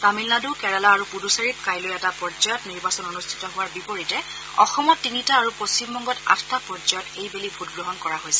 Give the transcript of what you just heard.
তামিলনাডু কেৰালা আৰু পুডুচেৰীত কাইলৈ এটা পৰ্যায়ত নিৰ্বাচন অনুষ্ঠিত হোৱাৰ বিপৰীতে অসমত তিনিটা আৰু পশ্চিমবংগত আঠটা পৰ্যায়ত এইবেলি ভোটগ্ৰহণ কৰা হৈছে